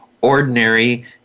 ordinary